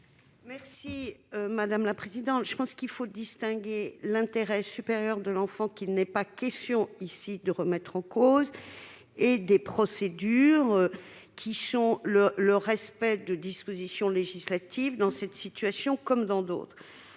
l'avis de la commission ? Il faut distinguer l'intérêt supérieur de l'enfant, qu'il n'est pas question ici de remettre en cause, et des procédures qui découlent de dispositions législatives, dans cette situation comme dans d'autres.